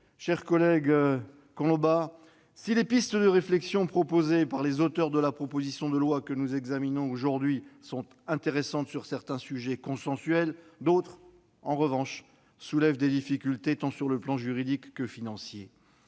cher collègue Collombat, si certaines pistes de réflexion proposées par les auteurs de la proposition de loi que nous examinons aujourd'hui sont intéressantes, voire même consensuelles, d'autres soulèvent des difficultés tant sur le plan juridique que financier.